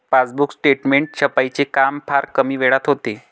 passbook statement छपाईचे काम फार कमी वेळात होते